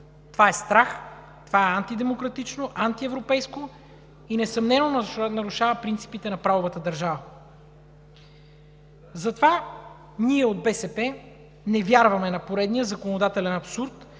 Това е страх, това е антидемократично, антиевропейско и несъмнено нарушава принципите на правовата държава. Затова ние от БСП не вярваме на поредния законодателен абсурд,